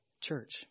church